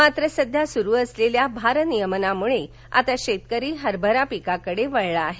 मात्र सध्या सुरू असलेल्या भारनियमनामुळे आता शेतकरी हरभरा पिकाकडे वळला आहे